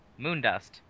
Moondust